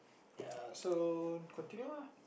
ya so continue lah